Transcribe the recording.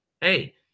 hey